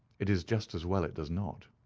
it is just as well it does not.